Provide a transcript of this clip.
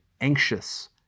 anxious